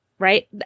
right